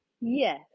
Yes